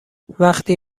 وقتی